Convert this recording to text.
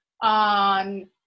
on